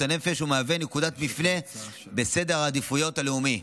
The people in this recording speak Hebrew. הנפש ומהווה נקודת מפנה בסדר העדיפויות הלאומי.